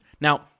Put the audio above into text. Now